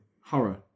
horror